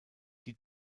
die